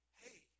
hey